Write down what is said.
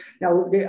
now